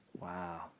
wow